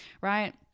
right